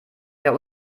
der